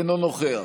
אינו נוכח